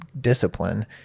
discipline